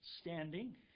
standing